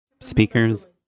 Speakers